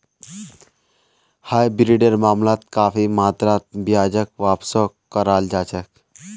हाइब्रिडेर मामलात काफी मात्रात ब्याजक वापसो कराल जा छेक